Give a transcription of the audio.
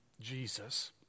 Jesus